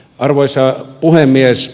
arvoisa puhemies